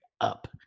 up